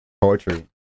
poetry